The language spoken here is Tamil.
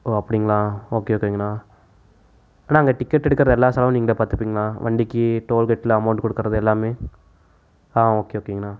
ஓ அப்படிங்களா ஓகே ஓகேங்கண்ணா அண்ணா அங்கே டிக்கெட் எடுக்கிற எல்லா செலவும் நீங்களே பார்த்துப்பீங்களா வண்டிக்கு டோல்கேட்டில் அமௌண்ட் கொடுக்கறது எல்லாமே ஆ ஓகே ஓகேங்கண்ணா